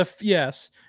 Yes